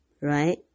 right